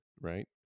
right